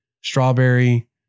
strawberry